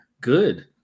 good